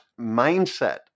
mindset